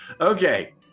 Okay